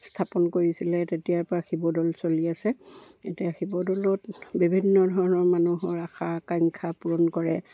স্থাপন কৰিছিলে তেতিয়াৰ পৰা শিৱদৌল চলি আছে এতিয়া শিৱদৌলত বিভিন্ন ধৰণৰ মানুহৰ আশা আকাংক্ষা পূৰণ কৰে